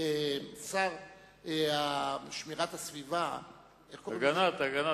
כאלה שחשבו שבאמת הנושא הזה הוא נושא חשוב,